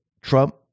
Trump